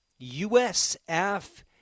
USF